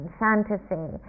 fantasy